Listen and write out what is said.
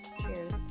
Cheers